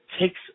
takes